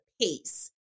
pace